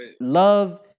love